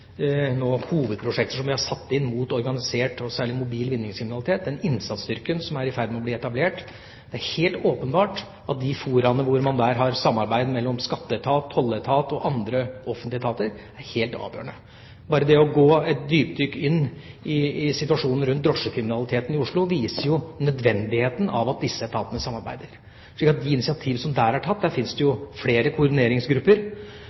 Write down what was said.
som vi nå har satt inn mot organisert og særlig mobil vinningskriminalitet – den innsatsstyrken som er i ferd med å bli etablert. Det er helt åpenbart at de fora der man har samarbeid mellom skatteetat, tolletat og andre offentlige etater, er helt avgjørende. Bare det å gå et dypdykk inn i situasjonen rundt drosjekriminaliteten i Oslo viser jo nødvendigheten av at disse etatene samarbeider. Så de initiativ som der er tatt – der finnes det